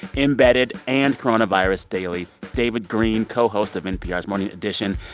embedded and coronavirus daily. david greene, co-host of npr's morning edition.